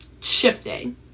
shifting